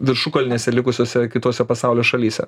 viršukalnėse likusiose kitose pasaulio šalyse